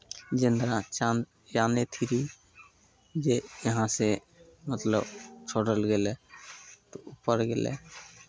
जेना चन्द्रयाने थ्री जे यहाँसँ मतलब छोड़ल गेलै ऊपर गेलै